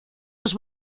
dos